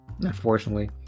unfortunately